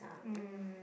um